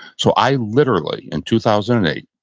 so i literally, in two thousand and eight,